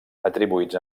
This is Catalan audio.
atribuïts